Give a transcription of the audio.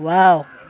wow